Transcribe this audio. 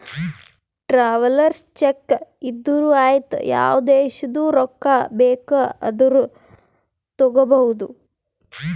travellers cheque ಇದ್ದೂರು ಐಯ್ತ ಯಾವ ದೇಶದು ರೊಕ್ಕಾ ಬೇಕ್ ಆದೂರು ತಗೋಬೋದ